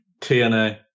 TNA